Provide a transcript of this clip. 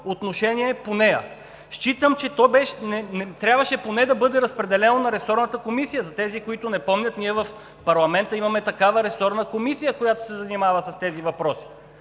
отношение по нея. Считам, че трябваше поне да бъде разпределено на ресорната комисия. За тези, които не помнят, ние в парламента имаме такава ресорна комисия, която се занимава с тези въпроси.